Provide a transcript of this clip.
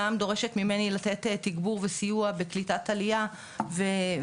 גם דורשת ממני לתת תגבור וסיוע בקליטת עליה ואנחנו